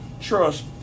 trust